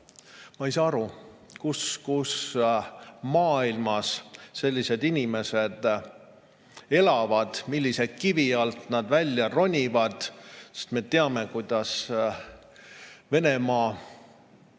Ma ei saa aru, kus maailmas sellised inimesed elavad ja millise kivi alt nad välja ronivad. Me teame, kuidas Venemaa